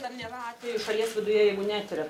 ar nėra atvejų šalies viduje jeigu netiriat